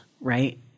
right